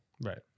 Right